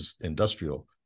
industrial